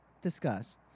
Discuss